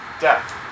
death